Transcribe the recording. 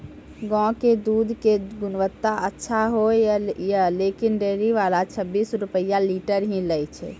गांव के दूध के गुणवत्ता अच्छा होय या लेकिन डेयरी वाला छब्बीस रुपिया लीटर ही लेय छै?